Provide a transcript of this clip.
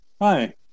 Hi